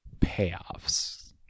payoffs